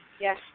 Yes